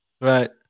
right